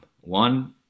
one